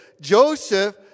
Joseph